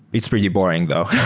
it's pretty boring though.